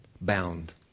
Bound